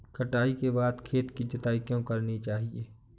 कटाई के बाद खेत की जुताई क्यो करनी चाहिए?